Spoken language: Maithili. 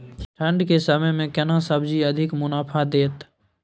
ठंढ के समय मे केना सब्जी अधिक मुनाफा दैत?